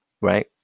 right